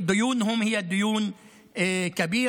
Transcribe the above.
החוק הזה מבטל את מניעת